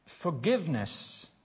Forgiveness